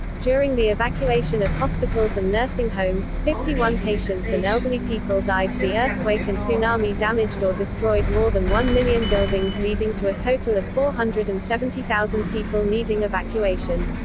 during the evacuation of hospitals and nursing homes, fifty one patients and elderly people died the earthquake and tsunami damaged or destroyed more than one million buildings leading to a total of four hundred and seventy thousand people needing evacuation.